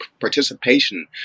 participation